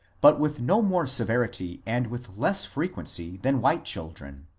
but with no more severity and with less frequency than white children.